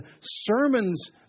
sermons